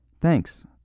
Thanks